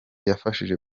yafashije